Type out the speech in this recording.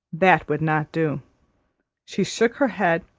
that would not do she shook her head,